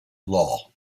law